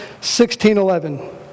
1611